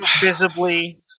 visibly